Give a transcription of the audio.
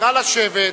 נא לשבת.